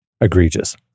egregious